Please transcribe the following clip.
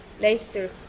later